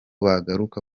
bagaruka